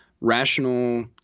rational